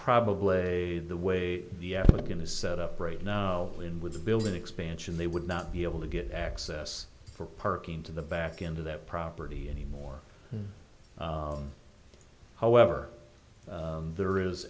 probably the way the applicant is set up right now in with the building expansion they would not be able to get access for parking to the back end of that property anymore however there is